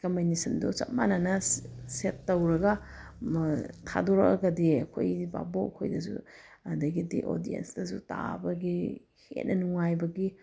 ꯀꯝꯕꯥꯏꯅꯦꯁꯟꯗꯣ ꯆꯞ ꯃꯥꯟꯅꯅ ꯁꯦꯠ ꯇꯧꯔꯒ ꯊꯥꯗꯣꯔꯛꯑꯒꯗꯤ ꯑꯩꯈꯣꯏ ꯕꯥꯕꯣꯛ ꯑꯩꯈꯣꯏꯗꯁꯨ ꯑꯗꯒꯤꯗꯤ ꯑꯣꯗꯦꯟꯁꯇꯁꯨ ꯇꯥꯕꯒꯤ ꯍꯦꯟꯅ ꯅꯨꯡꯉꯥꯏꯕꯒꯤ